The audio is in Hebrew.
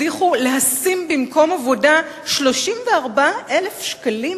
הצליחו להשים במקום עבודה 34,000 שקלים,